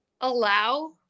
allow